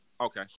okay